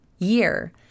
year